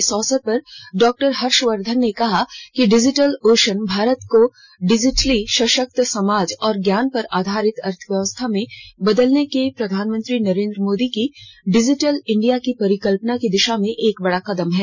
इस अवसर पर डॉक्टर हर्षवर्धन ने कहा कि डिजिटल ओशन भारत को डिजिटली सशक्त समाज और ज्ञान आधारित अर्थव्यवस्था में बदलने के प्रधानमंत्री नरेन्द्र मोदी की डिजिटल इंडिया की परिकल्पना की दिशा में एक बड़ा कदम है